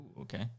Okay